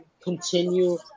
continue